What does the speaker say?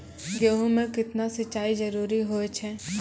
गेहूँ म केतना सिंचाई जरूरी होय छै?